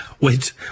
Wait